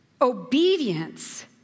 obedience